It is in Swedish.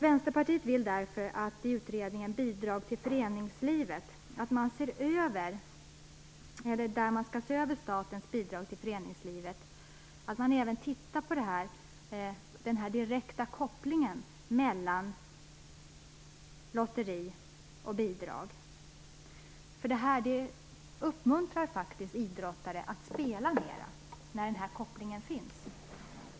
Vänsterpartiet vill därför att utredningen Bidrag till föreningslivet, där man skall se över statens bidrag till föreningslivet, även tittar på den direkta kopplingen mellan lotteri och bidrag. Idrottare uppmuntras faktiskt att spela mer när den här kopplingen finns.